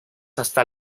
hasta